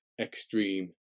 extreme